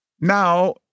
now